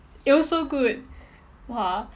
it was so good !wah!